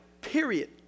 Period